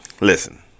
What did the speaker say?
Listen